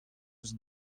eus